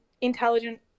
intelligent